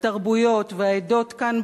התרבויות והעדות כאן,